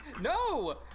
No